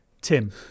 Tim